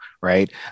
right